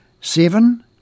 seven